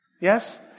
Yes